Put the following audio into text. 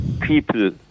people